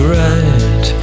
right